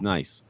Nice